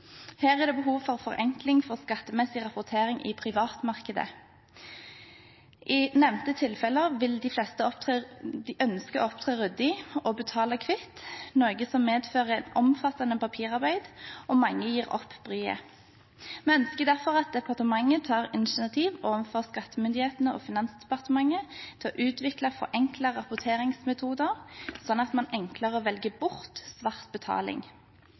Her er det behov for forenkling for skattemessig rapportering i privatmarkedet. I nevnte tilfeller vil de fleste ønske å opptre ryddig og betale hvitt, noe som medfører omfattende papirarbeid, og mange gir opp bryet. Vi ønsker derfor at departementet tar initiativ overfor skattemyndighetene og Finansdepartementet til å utvikle forenklede rapporteringsmetoder sånn at man enklere velger bort svart betaling.